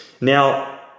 Now